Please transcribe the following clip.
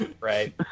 Right